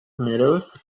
tomatoes